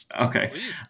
Okay